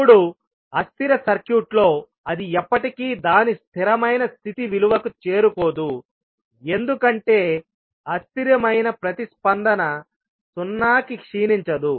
ఇప్పుడు అస్థిర సర్క్యూట్లో అది ఎప్పటికీ దాని స్థిరమైన స్థితి విలువకు చేరుకోదు ఎందుకంటే అస్థిరమైన ప్రతిస్పందన సున్నాకి క్షీణించదు